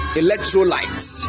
electrolytes